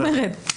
אני רק אומרת.